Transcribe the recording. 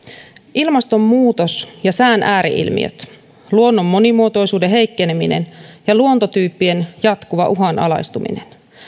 ilmastonmuutos ja sään ääri ilmiöt luonnon monimuotoisuuden heikkeneminen ja luontotyyppien jatkuva uhanalaistuminen